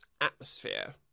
atmosphere